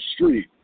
street